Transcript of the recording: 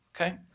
Okay